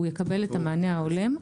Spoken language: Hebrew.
הוא יקבל את המענה ההולם.